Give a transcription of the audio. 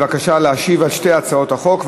בבקשה להשיב על שתי הצעות החוק,